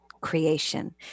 creation